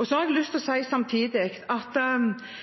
Jeg har samtidig lyst til å si at